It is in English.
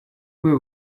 were